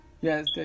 Yes